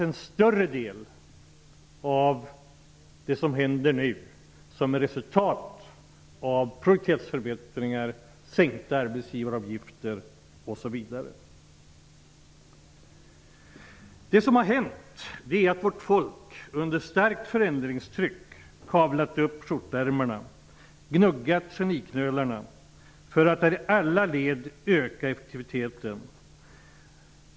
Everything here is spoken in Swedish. En större del av det som händer nu är faktiskt resultat av produktivitetsförbättringar, sänkta arbetsgivaravgifter, osv. Det som har hänt är att vårt folk under starkt förändringstryck har kavlat upp skjortärmarna och gnuggat geniknölarna, för att i alla led öka effektiviteten.